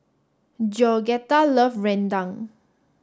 Georgetta love Rendang